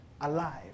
alive